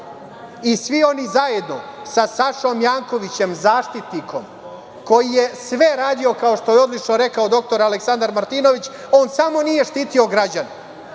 oni zajedno sa Sašom Jankovićem, Zaštitnikom građana koji je sve radio, kao što je odlično rekao dr Aleksandar Martinović, on samo nije štitio građane.